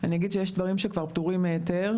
אני אגיד שיש דברים שכבר פטורים מהיתר.